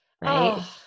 Right